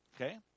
Okay